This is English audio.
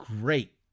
Great